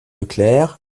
leclerc